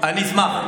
אני אשמח.